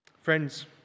Friends